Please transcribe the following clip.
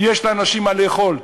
יש לאנשים מה לאכול.